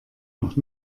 noch